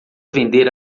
vender